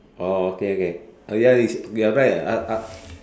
orh okay okay oh ya is we right uh uh